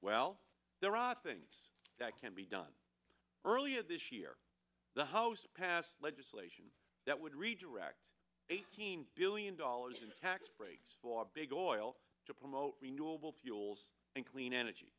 well there are things that can be done earlier this year the house to pass legislation that would redirect eighteen billion dollars in tax breaks for big oil to promote renewable fuels and clean energy